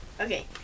Okay